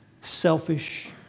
selfish